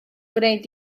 gwneud